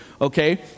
okay